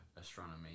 astronomy